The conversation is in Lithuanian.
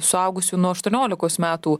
suaugusių nuo aštuoniolikos metų